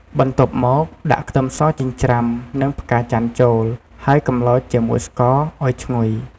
បន្ទាប់មក ដាក់ ខ្ទឹមសចិញ្ច្រាំ និង ផ្កាចន្ទន៍ចូល ហើយកម្លោចជាមួយស្ករឱ្យឈ្ងុយ។